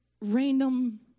random